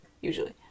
usually